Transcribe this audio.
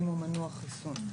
אם הוא מנוע חיסון,